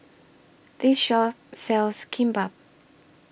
This Shop sells Kimbap